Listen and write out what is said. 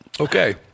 Okay